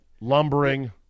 lumbering